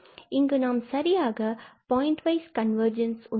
இங்கு நம்மிடம் சரியாக பாயிண்ட் வைஸ் கன்வர்ஜென்ஸ் உள்ளது